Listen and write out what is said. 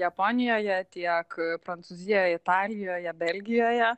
japonijoje tiek prancūzijoj italijoje belgijoje